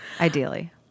ideally